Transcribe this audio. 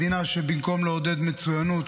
מדינה שבמקום לעודד מצוינות,